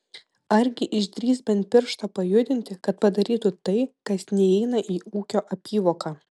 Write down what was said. argi išdrįs bent pirštą pajudinti kad padarytų tai kas neįeina į ūkio apyvoką